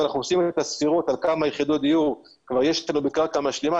ואנחנו עושים את הספירות על כמה יחידות דיור כבר יש לנו קרקע משלימה,